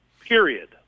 Period